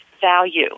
value